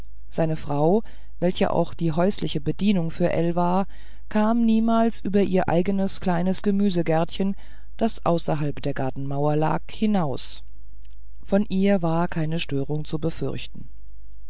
seine frau welche auch die häusliche bedienung für ell führte kam niemals über ihr eigenes kleines gemüsegärtchen das außerhalb der gartenmauer lag hinaus von ihr war keine störung zu befürchten